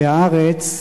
ב"הארץ",